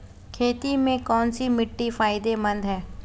खेती में कौनसी मिट्टी फायदेमंद है?